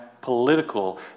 political